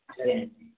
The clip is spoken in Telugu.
అలాగేనండి